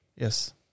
Yes